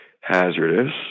hazardous